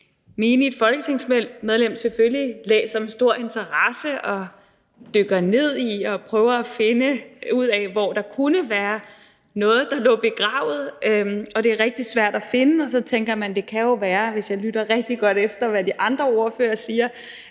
menigt folketingsmedlem selvfølgelig læser med stor interesse og dykker ned i, og hvor man prøver at finde ud af, hvor der kunne være noget, der lå begravet. Det er rigtig svært at finde, og så tænker man: Det kan jo være, hvis jeg lytter rigtig godt efter, hvad de andre ordførere siger,